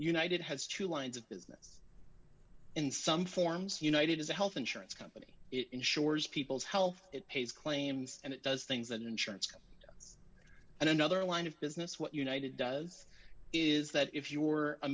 united has two lines of business in some forms united is a health insurance company it insures people's health it pays claims and it does things that insurance another line of business what united does is that if you were a